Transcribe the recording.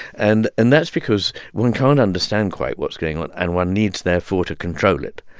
and and that's because one can't understand quite what's going on and one needs, therefore, to control it.